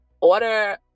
Order